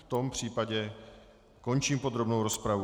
V tom případě končím podrobnou rozpravu.